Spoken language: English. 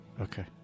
Okay